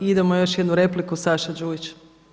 Idemo još jednu repliku Saša Đujić.